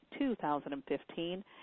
2015